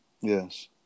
Yes